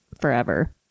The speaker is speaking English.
forever